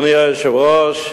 סדר" אני מקריא מתוך "הארץ"